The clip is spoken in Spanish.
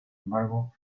embargo